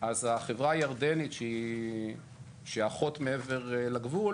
אז החברה הירדנית שהיא האחות מעבר לגבול